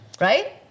right